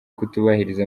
kutubahiriza